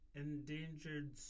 endangered